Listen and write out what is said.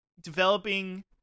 developing